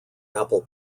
apple